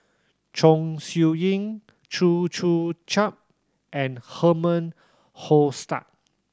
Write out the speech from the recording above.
Chong Siew Ying Chew Joo Chiat and Herman Hochstadt